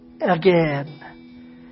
again